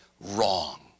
wrong